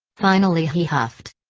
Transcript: finally he huffed.